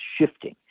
shifting